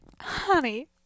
Honey